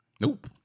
Nope